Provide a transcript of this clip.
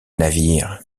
navire